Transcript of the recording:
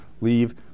leave